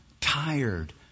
tired